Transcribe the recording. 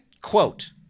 quote